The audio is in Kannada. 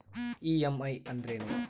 ಇ.ಎಮ್.ಐ ಅಂದ್ರೇನು?